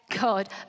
God